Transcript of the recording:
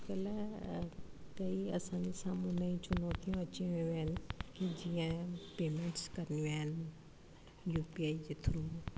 अॼुकल्ह कई असांजे सामने चुनौतियूं अची वियूं आहिनि की जीअं पेमेंट्स करणियूं आहिनि यूपीआई जे थ्रू